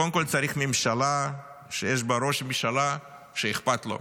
קודם כול צריך ממשלה שיש בה ראש ממשלה שאכפת לו.